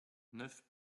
neuf